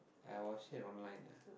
I watch it online ah